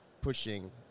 pushing